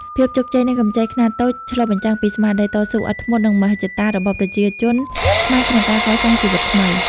ភាពជោគជ័យនៃកម្ចីខ្នាតតូច ឆ្លុះបញ្ចាំងពីស្មារតីតស៊ូអត់ធ្មត់ និងមហិច្ឆតារបស់ប្រជាជនខ្មែរក្នុងការកសាងជីវិតថ្មី។